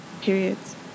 periods